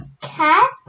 Cat